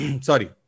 Sorry